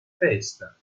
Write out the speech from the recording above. festa